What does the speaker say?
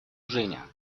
женя